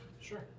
Sure